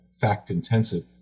fact-intensive